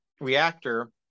reactor